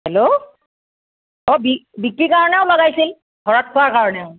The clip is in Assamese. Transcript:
হেল্ল' অঁ বি বিক্ৰীৰ কাৰণেও লগাইছিল ঘৰত খোৱাৰ কাৰণেও